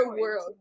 world